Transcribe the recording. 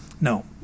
No